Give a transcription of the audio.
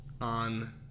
On